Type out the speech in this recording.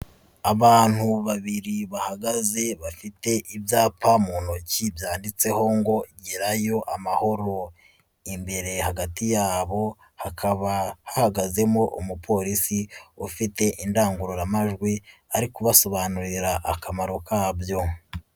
abantu babiri bahagaze bafite ibyapa mu ntoki byanditseho ngo <<gerayo amahoro>>, imbereye hagati yabo hakaba hahagazemo umupolisi ufite indangururamajwi ari kubasobanurira akamaro kabyo.